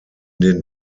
den